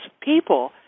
people